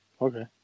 okay